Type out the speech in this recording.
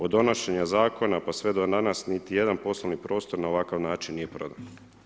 Od donošenja zakona pa sve do danas niti jedan poslovni prostor na ovakav način nije prodan.